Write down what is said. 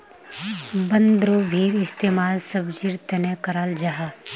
बन्द्गोभीर इस्तेमाल सब्जिर तने कराल जाहा